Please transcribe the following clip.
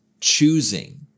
choosing